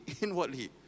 inwardly